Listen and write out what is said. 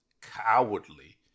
cowardly